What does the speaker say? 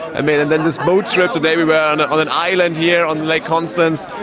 i mean and then this boat trip today, we were and on an island here on lake constance.